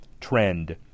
trend